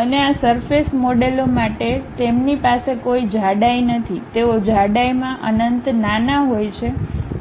અને આ સરફેસના મોડેલો માટે તેમની પાસે કોઈ જાડાઈ નથી તેઓ જાડાઈમાં અનંત નાના હોય છે